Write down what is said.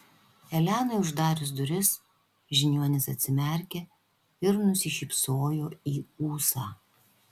elenai uždarius duris žiniuonis atsimerkė ir nusišypsojo į ūsą